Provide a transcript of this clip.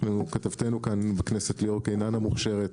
כתבתנו כאן בכנסת, ליאור קינן, המוכשרת,